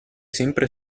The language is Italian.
sempre